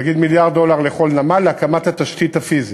נגיד מיליארד דולר לכל נמל, להקמת התשתית הפיזית.